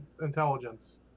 intelligence